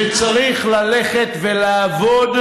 שצריך ללכת ולעבוד,